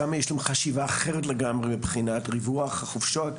ולהם יש חשיבה אחרת לגמרי מבחינת ריווח החופשות.